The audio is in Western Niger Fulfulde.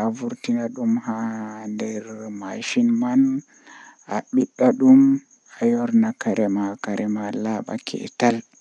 am walamo aati am haala hunde feere.